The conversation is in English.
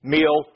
Meal